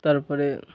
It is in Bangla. তার পরে